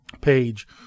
page